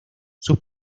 sus